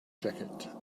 jacket